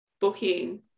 booking